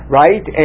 right